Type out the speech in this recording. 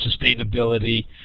sustainability